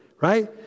Right